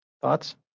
thoughts